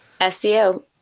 SEO